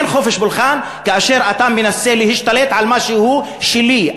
אין חופש פולחן כאשר אתה מנסה להשתלט על משהו שלי.